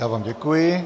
Já vám děkuji.